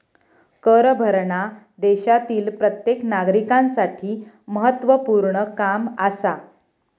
कर भरना देशातील प्रत्येक नागरिकांसाठी महत्वपूर्ण काम आसा